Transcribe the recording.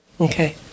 Okay